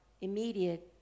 immediate